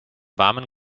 warmen